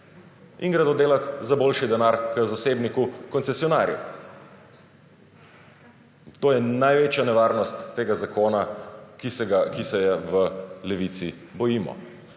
in gredo delat za boljši denar k zasebniku koncesionarju. To je največja nevarnost tega zakona, ki se je v Levici bojimo.